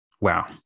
wow